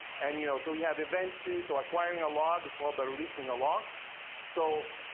and you know so we have event two, so acquiring a log is followed by releasing a log. so